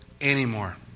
anymore